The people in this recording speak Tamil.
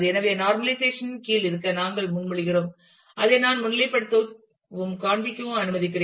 எனவே நார்மல்லைசேஷன் இன் கீழ் இருக்க நாங்கள் முன்மொழிகிறோம் அதை நான் முன்னிலைப்படுத்தவும் காண்பிக்கவும் அனுமதிக்கிறேன்